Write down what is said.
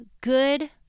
good